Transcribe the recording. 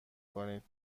کنید